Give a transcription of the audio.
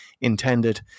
intended